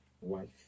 wife